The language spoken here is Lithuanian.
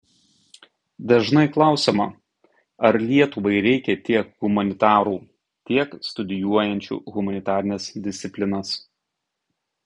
dažnai klausiama ar lietuvai reikia tiek humanitarų tiek studijuojančių humanitarines disciplinas